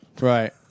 Right